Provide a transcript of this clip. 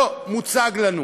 לא מוצג לנו.